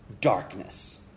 darkness